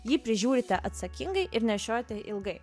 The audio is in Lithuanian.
jį prižiūrite atsakingai ir nešiojate ilgai